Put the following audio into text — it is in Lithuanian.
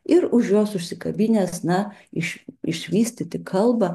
ir už jos užsikabinęs na iš išvystyti kalbą